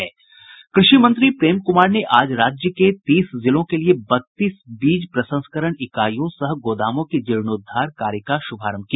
कृषि मंत्री प्रेम कुमार ने आज राज्य के तीस जिलों के लिए बत्तीस बीज प्रसंस्करण इकाइयों सह गोदामों के जीर्णोद्वार कार्य का शुभारंभ किया